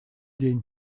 день